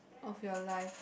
of your life